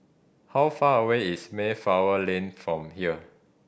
how far away is Mayflower Lane from here